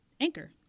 Anchor